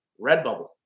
Redbubble